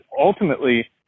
ultimately